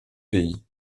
pays